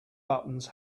buttons